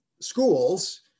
schools